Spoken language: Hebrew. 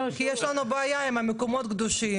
כי יש לנו בעיה עם המקומות הקדושים,